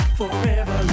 forever